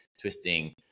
twisting